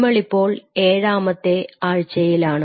നമ്മളിപ്പോൾ ഏഴാമത്തെ ആഴ്ചയിലാണ്